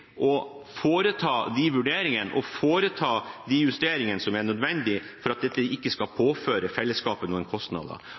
å foreta de vurderingene og de justeringene som er nødvendig for at dette ikke skal